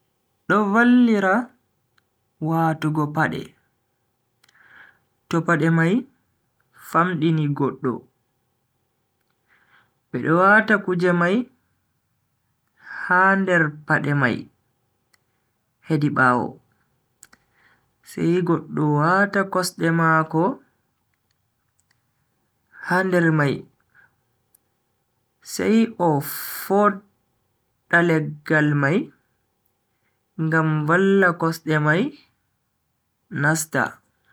Do vallira watugo pade to pade mai famdini goddo. bedo wata kuje mai, ha nder pade mai hedi bawo, sai goddo wata kosde mako ha nder mai sai o fodda leggel mai ngam valla kosde mai nasta.